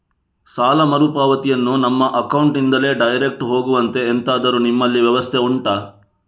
ಸಾಲ ಮರುಪಾವತಿಯನ್ನು ನಮ್ಮ ಅಕೌಂಟ್ ನಿಂದಲೇ ಡೈರೆಕ್ಟ್ ಹೋಗುವಂತೆ ಎಂತಾದರು ನಿಮ್ಮಲ್ಲಿ ವ್ಯವಸ್ಥೆ ಉಂಟಾ